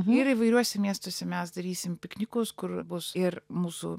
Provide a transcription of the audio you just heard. ir įvairiuose miestuose mes darysim piknikus kur bus ir mūsų